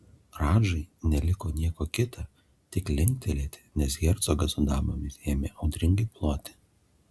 radžai neliko nieko kita tik linktelėti nes hercogas su damomis ėmė audringai ploti